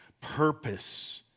purpose